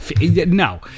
No